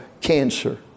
cancer